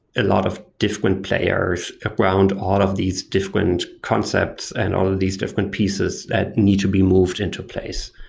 a lot of different players around all of these different concepts and all of these different pieces that need to be moved into place